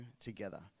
together